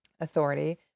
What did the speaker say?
Authority